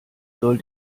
soll